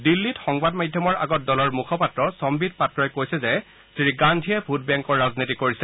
দিল্লীত সংবাদ মাধ্যমৰ আগত দলৰ মুখপাত্ৰ সন্বিত পাত্ৰই কৈছে যে শ্ৰীগান্ধীয়ে ভোট বেংকৰ ৰাজনীতি কৰিছে